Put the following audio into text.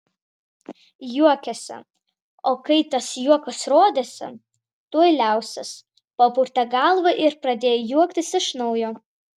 juokėsi o kai tas juokas rodėsi tuoj liausis papurtė galvą ir pradėjo juoktis iš naujo